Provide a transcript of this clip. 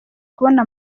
kubona